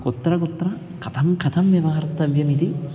कुत्र कुत्र कथं कथं व्यवहर्तव्यमिति